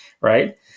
right